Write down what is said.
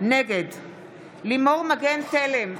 נגד לימור מגן תלם,